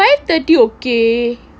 five thirty ok